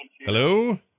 Hello